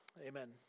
Amen